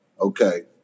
Okay